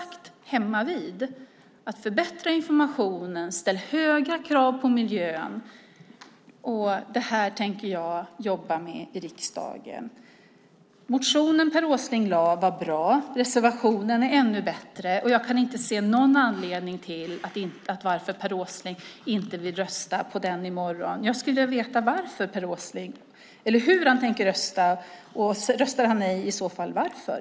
Det handlar om att förbättra informationen och att ställa höga krav på miljön. Det tänker jag jobba med i riksdagen. Den motion som Per Åsling väckte var bra, och reservationen är ännu bättre. Jag kan inte se någon anledning till att Per Åsling inte vill rösta på den i morgon. Jag skulle vilja veta hur han tänker rösta, och om han röstar nej i så fall varför.